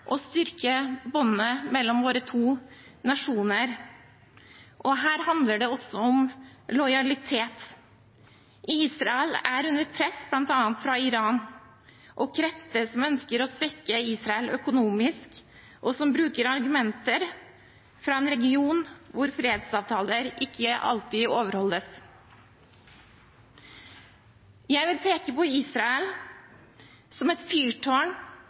å styrke båndet mellom våre to nasjoner. Her handler det også om lojalitet. Israel er under press bl.a. fra Iran og fra krefter som ønsker å svekke Israel økonomisk, og som bruker argumenter fra en region hvor fredsavtaler ikke alltid overholdes. Jeg vil peke på Israel som et fyrtårn